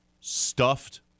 stuffed